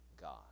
God